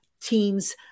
teams